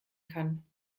kann